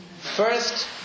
first